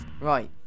Right